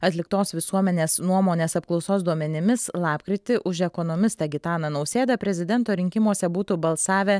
atliktos visuomenės nuomonės apklausos duomenimis lapkritį už ekonomistą gitaną nausėdą prezidento rinkimuose būtų balsavę